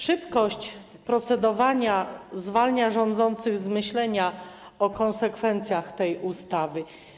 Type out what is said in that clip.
Szybkość procedowania zwalnia rządzących z myślenia o konsekwencjach tej ustawy.